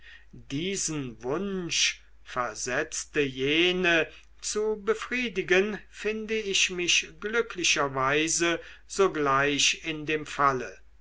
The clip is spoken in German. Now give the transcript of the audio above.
diesen wunsch versetzte jene zu befriedigen finde ich mich glücklicherweise sogleich in dem falle